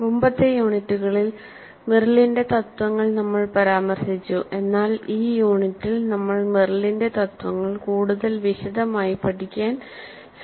മുമ്പത്തെ യൂണിറ്റുകളിൽ മെറിലിന്റെ തത്വങ്ങൾ നമ്മൾ പരാമർശിച്ചു എന്നാൽ ഈ യൂണിറ്റിൽ നമ്മൾ മെറിലിന്റെ തത്വങ്ങൾ കൂടുതൽ വിശദമായി പഠിക്കാൻ ശ്രമിക്കും